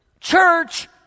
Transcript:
church